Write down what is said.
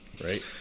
Right